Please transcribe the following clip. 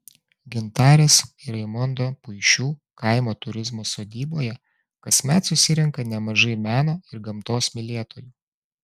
gintarės ir raimondo puišių kaimo turizmo sodyboje kasmet susirenka nemažai meno ir gamtos mylėtojų